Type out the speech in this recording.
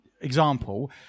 example